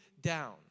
down